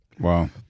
Wow